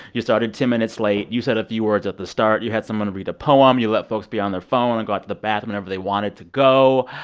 you started ten minutes late. you said a few words at the start. you had someone read a poem. you let folks be on their phone and go out to the bathroom whenever they wanted to go.